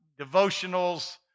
devotionals